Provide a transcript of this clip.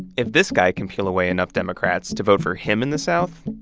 if this guy can peel away enough democrats to vote for him in the south,